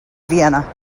vienna